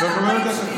את הכול מהתחלה.